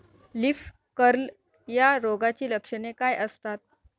Leaf curl या रोगाची लक्षणे काय असतात?